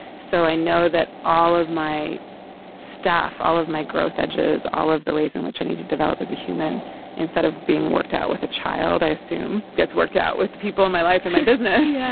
so i know that all of my staff all of my growth edges all of the ways in which i need to develop as a human instead of being worked out with a child. i assume that's worked out with the people in my life and my business. yeah